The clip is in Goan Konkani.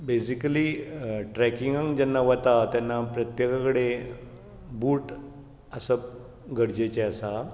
बेजिकली ट्रेकिंगाक जेन्ना वतात तेन्ना प्रत्येका कडेन बूट आसप गरजेचे आसा